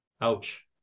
ouch